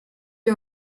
you